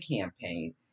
campaign